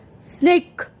Snake